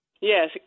Yes